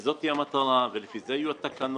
וזאת המטרה, ולפי זה יהיו התקנות.